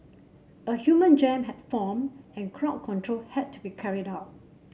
a human jam had formed and crowd control had to be carried out